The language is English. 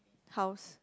house